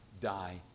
die